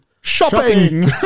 Shopping